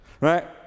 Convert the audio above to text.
Right